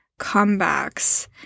comebacks